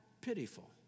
pitiful